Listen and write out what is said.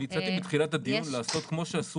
אני ניסיתי בתחילת הדיון לעשות כמו שעשו